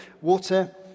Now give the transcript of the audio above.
water